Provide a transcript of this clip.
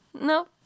Nope